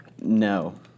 No